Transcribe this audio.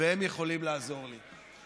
והם יכולים לעזור לי.